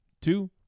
two